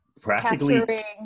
Practically